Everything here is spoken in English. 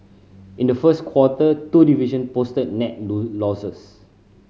in the first quarter two division posted net losses